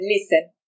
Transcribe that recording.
listen